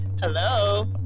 Hello